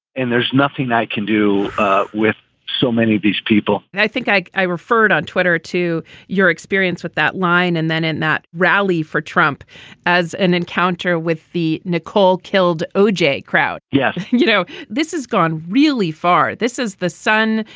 and there's nothing i can do with so many of these people and i think i i referred on twitter to your experience with that line. and then in that rally for trump as an encounter with the nicole killed o j. crowd. yes. you know, this has gone really far. this is the son.